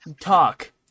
talk